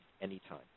anytime